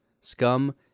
scum